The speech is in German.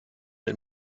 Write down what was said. mit